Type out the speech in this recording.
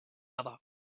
other